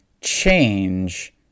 change